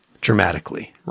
dramatically